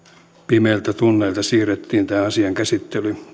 pimeiltä tunneilta siirrettiin tämän asian käsittely